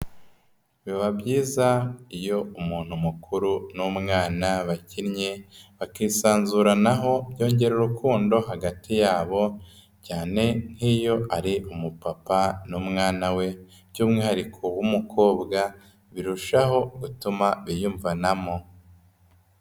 Biba byiza iyo umuntu mukuru n'umwana bakinnye bakisanzuranaho byongera urukundo hagati yabo cyane nk'iyo ari umupapa n'umwana we, by'umwihariko w'umukobwa birushaho gutuma biyumvanamo.